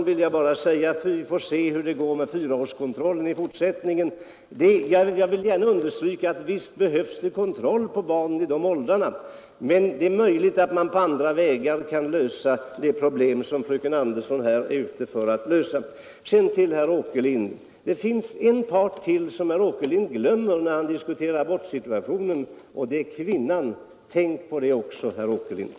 Vi får se hur det går med 4-årskontrollen i fortsättningen, fröken Andersson i Stockholm. Jag vill gärna understryka att visst behövs det hälsokontroll på barn i den åldern, men det är möjligt att man på andra vägar kan lösa det problem som fröken Andersson är ute efter att lösa. Det finns en part som herr Åkerlind glömmer när han diskuterar abortsituationen, nämligen kvinnan. Tänk också på henne, herr Åkerlind!